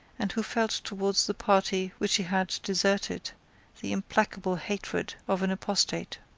and who felt towards the party which he had deserted the implacable hatred of an apostate.